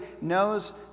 knows